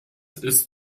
ist